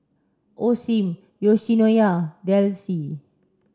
Osim Yoshinoya Delsey